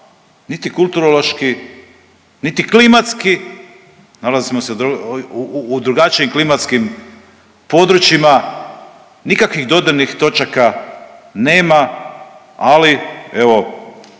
niti kulturološki niti klimatski, nalazimo se u drugačijim klimatskim područjima, nikakvih dodirnih točaka nema, ali evo,